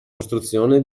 costruzione